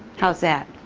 how's that?